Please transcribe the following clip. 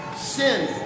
sin